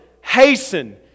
hasten